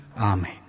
Amen